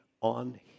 on